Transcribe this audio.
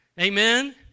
Amen